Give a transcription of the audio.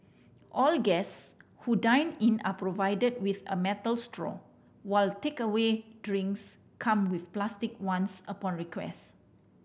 all guest who dine in are provided with a metal straw while takeaway drinks come with plastic ones upon request